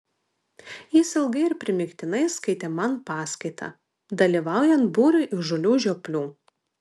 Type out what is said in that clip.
jis ilgai ir primygtinai skaitė man paskaitą dalyvaujant būriui įžūlių žioplių